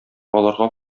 аларга